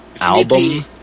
album